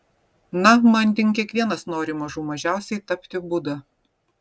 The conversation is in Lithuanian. na manding kiekvienas nori mažų mažiausiai tapti buda